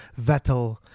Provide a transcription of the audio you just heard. Vettel